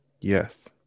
yes